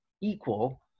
equal